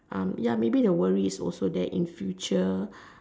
maybe ya the worry is also that in future